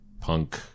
punk